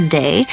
day